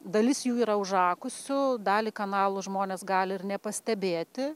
dalis jų yra užakusių dalį kanalų žmonės gali ir nepastebėti